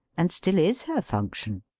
and still is her fimction.